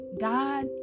God